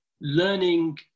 learning